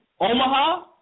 Omaha